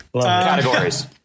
Categories